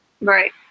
Right